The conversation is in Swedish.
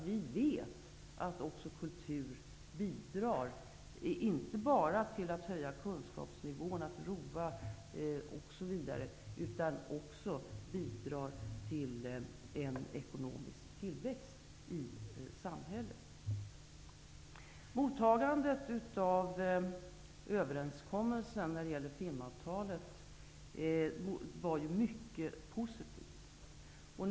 Vi vet att kultur bidrar till att inte bara höja kunskapsnivån, att roa osv., utan också bidrar till en ekonomisk tillväxt i samhället. Mottagandet av överenskommelsen om filmavtalet var mycket positivt.